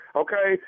okay